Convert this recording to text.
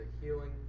healing